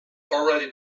already